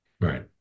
Right